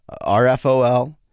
R-F-O-L